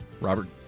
Robert